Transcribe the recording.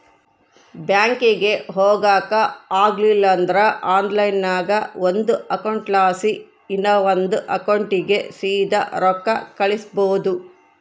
ಬ್ಯಾಂಕಿಗೆ ಹೊಗಾಕ ಆಗಲಿಲ್ದ್ರ ಆನ್ಲೈನ್ನಾಗ ಒಂದು ಅಕೌಂಟ್ಲಾಸಿ ಇನವಂದ್ ಅಕೌಂಟಿಗೆ ಸೀದಾ ರೊಕ್ಕ ಕಳಿಸ್ಬೋದು